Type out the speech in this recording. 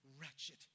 wretched